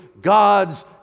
God's